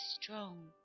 strong